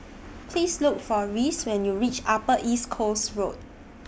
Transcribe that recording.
Please Look For Reece when YOU REACH Upper East Coast Road